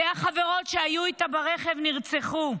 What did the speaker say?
שתי חברות שהיו איתה ברכב נרצחו.